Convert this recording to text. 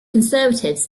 conservatives